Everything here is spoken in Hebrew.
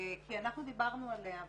כי אנחנו דיברנו עליה,